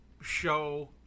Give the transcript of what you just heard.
show